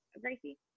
Gracie